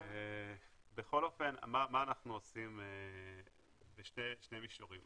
בכל אופן, מה אנחנו עושים בשני מישורים.